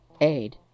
aid